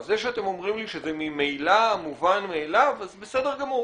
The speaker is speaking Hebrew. זה שאתם אומרים לי שזה ממילא מובן מאליו אז בסדר גמור,